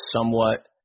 somewhat